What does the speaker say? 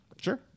Sure